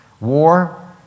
War